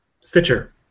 Stitcher